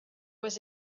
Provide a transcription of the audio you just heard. was